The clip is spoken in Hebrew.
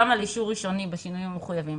על אישור ראשוני בשינויים המחויבים.